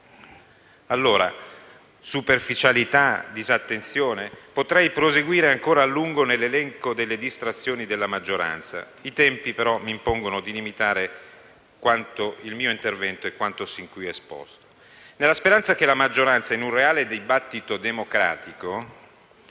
Superficialità, disattenzione; potrei proseguire ancora a lungo nell'elenco delle distrazioni della maggioranza, ma i tempi mi impongono di limitare questo mio intervento a quanto sin qui esposto, nella speranza che la maggioranza, in un reale dibattito democratico,